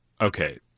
okay